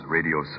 Radio